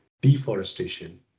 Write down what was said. deforestation